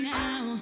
now